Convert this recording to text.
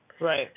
Right